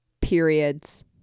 periods